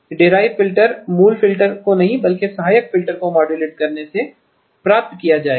derived filter मूल filter को नहीं बल्कि सहायक फिल्टर को मॉड्यूलेट करने से प्राप्त किया जाएगा